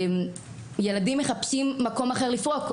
ילדים מחפשים מקום אחר לפרוק.